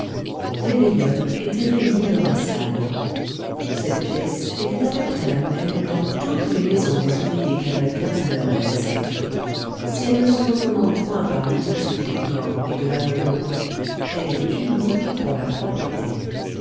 les veilleurs étaient réunis dans la salle cette pièce était à peu près la même dans toutes les maisons des ouvriers canadiens à leur aise si elle ne se recommande point par le luxe du décor et de l'ameublement elle est unique pour la propreté